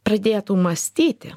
pradėtų mąstyti